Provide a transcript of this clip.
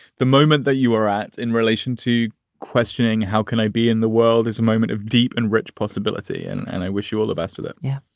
the moment that you are at in relation to questioning how can i be in the world is a moment of deep and rich possibility and and i wish you all the best of it yeah,